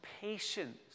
patience